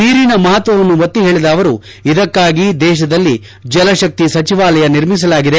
ನೀರಿನ ಮಹತ್ವವನ್ನು ಒತ್ತಿ ಹೇಳದ ಅವರು ಇದಕ್ಕಾಗಿ ದೇಶದಲ್ಲಿ ಜಲಶಕ್ತಿ ಸಚಿವಾಲಯ ನಿರ್ಮಿಸಲಾಗಿದೆ